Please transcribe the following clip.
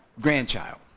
grandchild